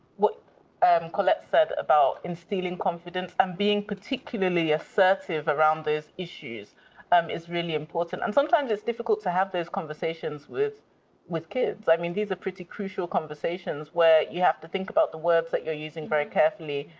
what um colette said about instilling confidence and being particularly assertive around those issues um is really important. and sometimes it's difficult to have these conversations with with kids. i mean, these are pretty crucial conversations, where you have to think about the words that you're using very carefully,